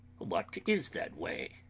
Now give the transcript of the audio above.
what is that way?